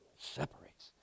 separates